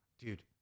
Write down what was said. Dude